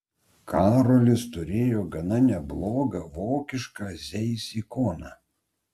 karolis turėjo gana neblogą vokišką zeiss ikoną